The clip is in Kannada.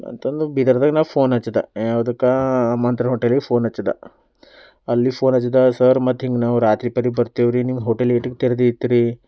ಅಂತಂದು ಬೀದರದಾಗ ನಾ ಫೋನ್ ಹಚ್ಚಿದೆ ಯಾವ್ದಕ್ಕೆ ಮಂತ್ರಿ ಹೋಟೆಲಿಗೆ ಫೋನ್ ಹಚ್ಚಿದೆ ಅಲ್ಲಿ ಫೋನ್ ಹಚ್ಚಿದೆ ಸರ್ ಮತ್ತೆ ಹಿಂಗೆ ನಾವು ರಾತ್ರಿ ಪರಿ ಬರ್ತೇವೆರಿ ನಿಮ್ದು ಹೋಟೆಲು ಎಷ್ಟಕ್ಕೆ ತೆರೆರ್ತೀರಿ